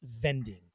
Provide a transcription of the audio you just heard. Vending